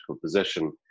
position